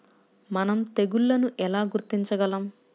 మనం తెగుళ్లను ఎలా గుర్తించగలం?